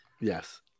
Yes